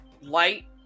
light